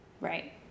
right